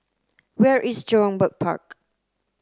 where is Jurong Bird Park